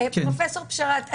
פרופ' בשארת,